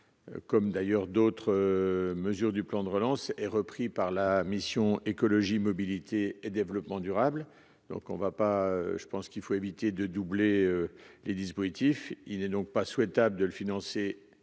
Comme d'ailleurs d'autres mesures du plan de relance et repris par la mission Écologie Mobilité et Développement durable, donc on ne va pas, je pense qu'il faut éviter de doubler les dispositifs, il n'est donc pas souhaitable de le financer également